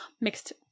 Mixed